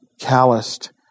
calloused